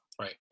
right